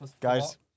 Guys